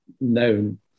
known